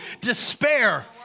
despair